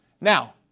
Now